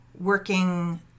working